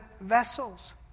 vessels